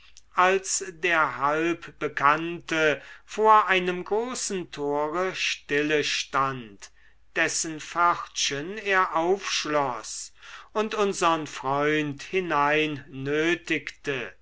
als der halbbekannte vor einem großen tore stillestand dessen pförtchen er aufschloß und unsern freund hineinnötigte